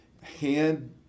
hand